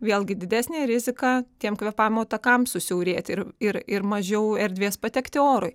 vėlgi didesnė rizika tiem kvėpavimo takam susiaurėti ir ir ir mažiau erdvės patekti orui